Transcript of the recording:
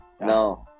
No